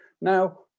Now